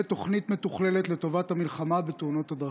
תוכנית מתוכללת לטובת המלחמה בתאונות בדרכים?